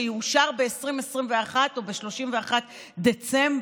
שיאושר ב-2021 או ב-31 בדצמבר,